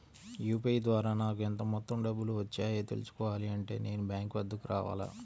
UPI ద్వారా నాకు ఎంత మొత్తం డబ్బులు వచ్చాయో తెలుసుకోవాలి అంటే నేను బ్యాంక్ వద్దకు రావాలా?